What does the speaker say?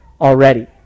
already